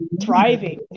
thriving